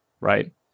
right